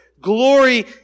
glory